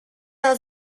dos